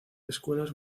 escuelas